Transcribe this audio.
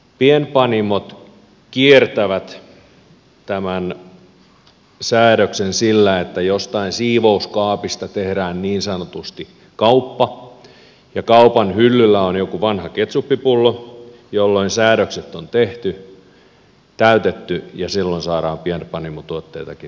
pienpanimot kiertävät tämän säädöksen sillä että jostain siivouskaapista tehdään niin sanotusti kauppa ja kaupan hyllyllä on joku vanha ketsuppipullo jolloin säädökset on täytetty ja silloin saadaan pienpanimotuotteitakin myydä ulos